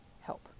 help